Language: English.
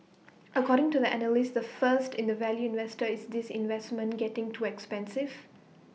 according to the analyst the first in the value investor is this investment getting too expensive